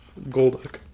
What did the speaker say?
Golduck